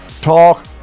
Talk